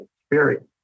experience